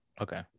Okay